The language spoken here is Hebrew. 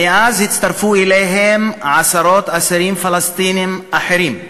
מאז הצטרפו אליהם עשרות אסירים פלסטינים אחרים.